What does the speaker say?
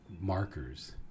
markers